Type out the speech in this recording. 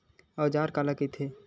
औजार काला कइथे?